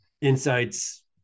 insights